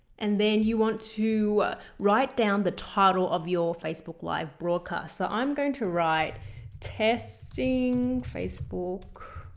and then you want to write down the title of your facebook live broadcast, so i am going to write testing facebook